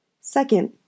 Second